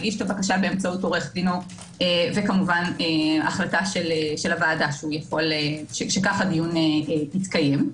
הגיש את הבקשה באמצעות עורך דינו והחלטה של הוועדה שכך הדיון יתקיים.